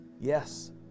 Yes